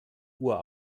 uhr